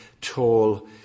tall